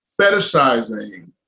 fetishizing